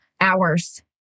hours